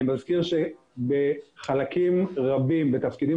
אני מזכיר שבחלקים רבים ובתפקידים